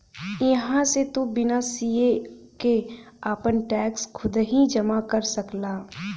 इहां से तू बिना सीए के आपन टैक्स खुदही जमा कर सकला